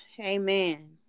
Amen